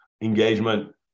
engagement